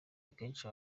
akenshi